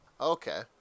Okay